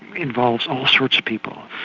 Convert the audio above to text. involves all sorts of people.